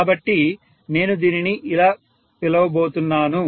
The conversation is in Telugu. కాబట్టి నేను దీనిని ఇలా పిలవబోతున్నాను